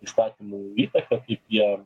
įstatymų įtaką kaip jie